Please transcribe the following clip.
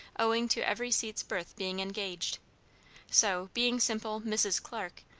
owing to every seat's berth being engaged so, being simple mrs. clarke,